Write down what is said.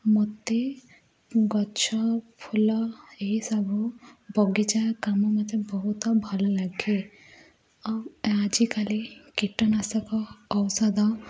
ମୋତେ ଗଛ ଫୁଲ ଏହିସବୁ ବଗିଚା କାମ ମୋତେ ବହୁତ ଭଲଲାଗେ ଆଉ ଆଜିକାଲି କୀଟନାଶକ ଔଷଧ